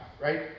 right